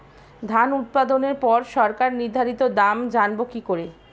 ধান উৎপাদনে পর সরকার নির্ধারিত দাম জানবো কি করে?